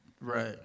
Right